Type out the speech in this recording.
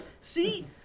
see